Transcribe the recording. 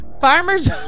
Farmers